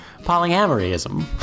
Polyamoryism